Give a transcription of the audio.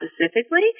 specifically